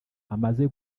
hamaze